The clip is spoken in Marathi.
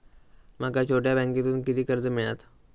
माका छोट्या बँकेतून किती कर्ज मिळात?